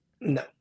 No